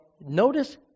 notice